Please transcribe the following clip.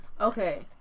Okay